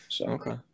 Okay